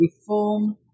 reform